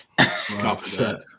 100%